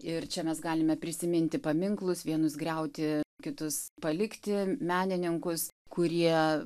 ir čia mes galime prisiminti paminklus vienus griauti kitus palikti menininkus kurie